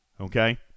Okay